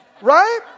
Right